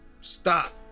Stop